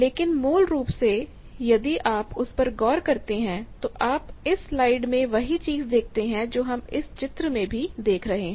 लेकिन मूल रूप से यदि आप उस पर गौर करते हैं तो आप इस स्लाइड में वही चीज देखते हैं जो हम इस चित्र में भी देख रहे हैं